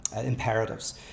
imperatives